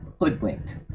hoodwinked